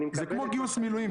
זה כמו גיוס מילואים.